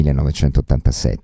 1987